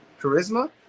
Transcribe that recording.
charisma